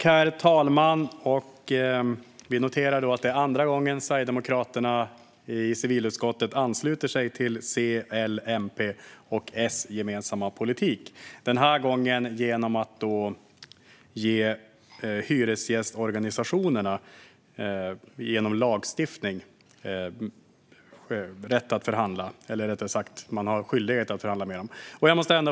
Herr talman! Jag noterar att det är andra gången sverigedemokraterna i civilutskottet ansluter sig till den gemensamma C-L-MP-S-politiken. Denna gång gäller det lagstiftning om skyldighet att förhandla med hyresgästorganisationerna.